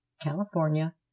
California